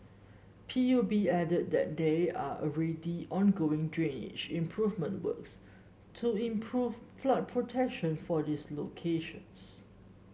P U B added that they are already ongoing drainage improvement works to improve flood protection for these locations